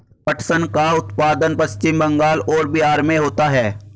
पटसन का उत्पादन पश्चिम बंगाल और बिहार में होता है